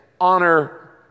honor